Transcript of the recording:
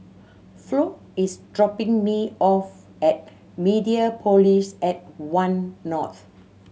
Flo is dropping me off at Mediapolis at One North